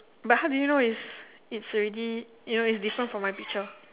but how do you know is it's already you know is different from my picture